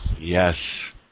Yes